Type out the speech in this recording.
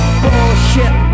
bullshit